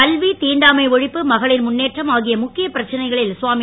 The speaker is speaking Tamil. கல்வி திண்டாமை ஒழிப்பு மகளிர் முன்னேற்றம் ஆகிய முக்கியப் பிரச்சனைகளில் சுவாமி